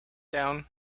down